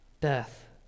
death